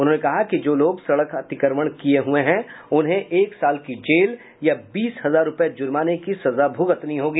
उन्होंने कहा कि जो लोग सड़क अतिक्रमण किये हुए हैं उन्हें एक साल की जेल या बीस हजार रूपये जुर्माने की सजा भुगतनी होगी